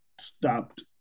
stopped